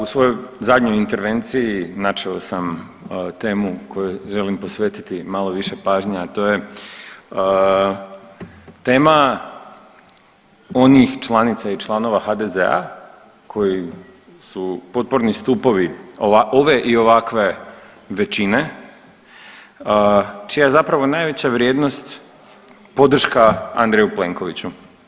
U svojoj zadnjoj intervenciji načeo sam temu kojoj želim posvetiti malo više pažnje, a to je tema onih članica i članova HDZ-a koji su potporni stupovi ove i ovakve većine čija zapravo najveća vrijednost podrška Andreju Plenkoviću.